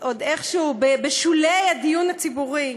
עוד איכשהו בשולי הדיון הציבורי.